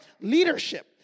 leadership